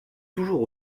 toujours